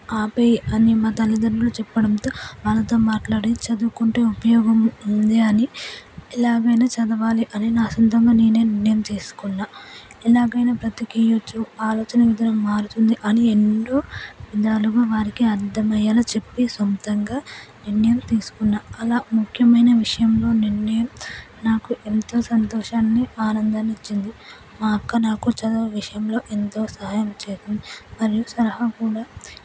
ఆపే అన్ని మా తల్లిదండ్రులు చెప్పడంతో వాళ్లతో మాట్లాడి చదువుకుంటే ఉపయోగం ఉందని ఎలాగైనా చదవాలి అని నా సొంతంగా నేనే నిర్ణయం చేసుకున్న ఎలాగా అయినా బ్రతికేయొచ్చు ఆలోచన విధానం మారుతుందని ఎన్నో విధాలుగా వాళ్లకు అర్థమయ్యేలా చెప్పి సొంతంగా నిర్ణయం తీసుకున్న అలా ముఖ్యమైన విషయంలో నిర్ణయం నాకు ఎంతో సంతోషాన్ని ఆనందాన్ని ఇచ్చింది మా అక్క నాకు చదువు విషయంలో ఎంతో సహాయం చేసింది మరియు సలహా కూడా